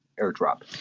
airdrop